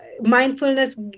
mindfulness